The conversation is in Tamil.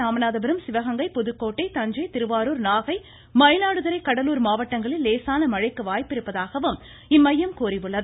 ராமநாதபுரம் சிவகங்கை புதுக்கோட்டை தஞ்சை திருவாருர் நாகை மயிலாடுதுறை கடலூர் மாவட்டங்களில் லேசான மழைக்கு வாய்ப்பிருப்பதாகவும் இம்மையம் கூறியுள்ளது